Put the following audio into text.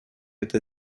это